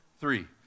Three